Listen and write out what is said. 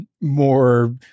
more